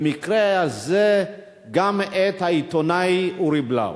במקרה הזה גם את העיתונאי אורי בלאו.